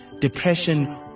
depression